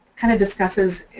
kind of discusses